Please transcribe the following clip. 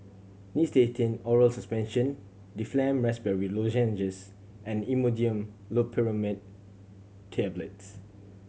Nystatin Oral Suspension Difflam Raspberry Lozenges and Imodium Loperamide Tablets